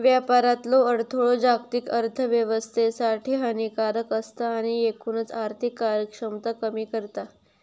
व्यापारातलो अडथळो जागतिक अर्थोव्यवस्थेसाठी हानिकारक असता आणि एकूणच आर्थिक कार्यक्षमता कमी करता